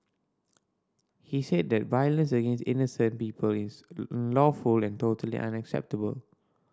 he said that violence against innocent people is lawful and totally unacceptable